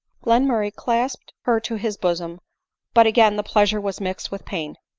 glenmurray clasped her to his bosom but again the pleasure was mixed with pain.